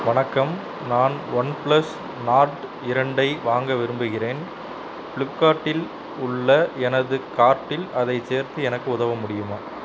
வணக்கம் நான் OnePlus Nord இரண்டை வாங்க விரும்புகிறேன் ஃபிளிப்கார்ட்டில் உள்ள எனது கார்ட்டில் அதைச் சேர்த்து எனக்கு உதவ முடியுமா